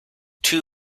two